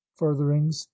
furtherings